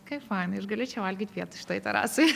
kaip fainai aš galiu čia valgyt pietus šitoj tarasoj